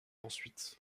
ensuite